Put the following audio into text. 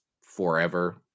forever